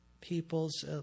people's